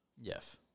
yes